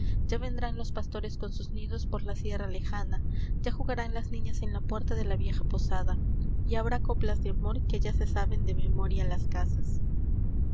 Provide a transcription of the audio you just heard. ya vendrán los pastores con sus nidos por la sierra lejana ya jugarán las niñas en la puerta de la vieja posada y habrá coplas de amor que ya se saben de memoria las casas